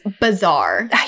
bizarre